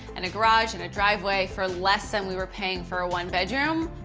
and a garage, and a driveway for less than we were paying for a one bedroom.